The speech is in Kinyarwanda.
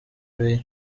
ray